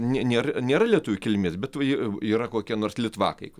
nė nė nėra lietuvių kilmės be va jie yra kokie nors litvakai